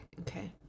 okay